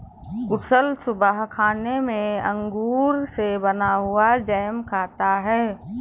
कुशल सुबह खाने में अंगूर से बना हुआ जैम खाता है